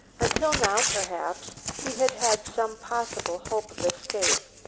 until now, perhaps, he had had some possible hope of escape.